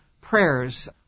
prayers